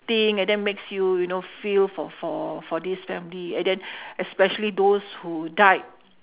think and then makes you you know feel for for for this family and then especially those who died